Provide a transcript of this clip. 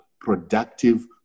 productive